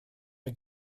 mae